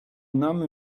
nam